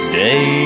day